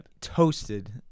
toasted